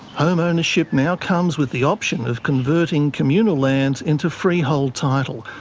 home ownership now comes with the option of converting communal lands into freehold title,